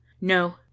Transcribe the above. No